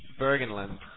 Bergenland